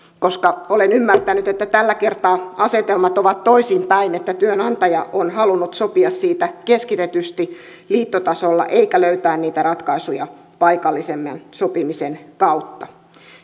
koska olen ymmärtänyt että tällä kertaa asetelmat ovat toisinpäin työnantaja on halunnut sopia siitä keskistetysti liittotasolla eikä löytää niitä ratkaisuja paikallisemman sopimisen kautta